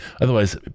Otherwise